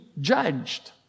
judged